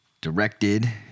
Directed